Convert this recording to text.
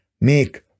make